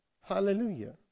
Hallelujah